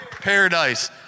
Paradise